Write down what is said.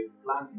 plan